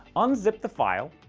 unzip the file,